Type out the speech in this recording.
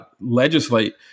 legislate